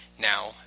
Now